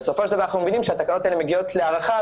זו זכות חוקתית שמעוגנת במעט הזכויות המעוגנות בחוקי היסוד שלנו.